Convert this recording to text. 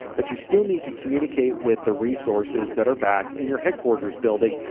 but you still need to communicate with the resources that are back in your headquarters building,